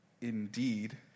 indeed